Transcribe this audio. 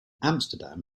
amsterdam